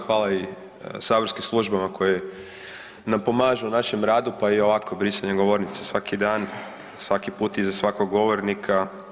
Hvala i saborskim službama koje nam pomažu u našem radu pa i ovakvo brisanje govornice svaki dan, svaku put iza svakog govornika.